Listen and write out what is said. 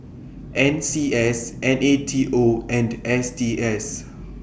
N C S N A T O and S T S